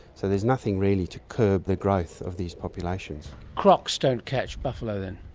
so there's nothing really to curb the growth of these populations. crocs don't catch buffalo then?